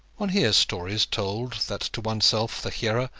one hears stories told that to oneself, the hearer,